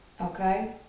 okay